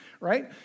right